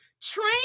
train